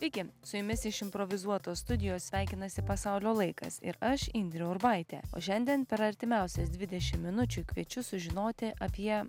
taigi su jumis iš improvizuotos studijos sveikinasi pasaulio laikas ir aš indrė urbaitė o šiandien per artimiausias dvidešim minučių kviečiu sužinoti apie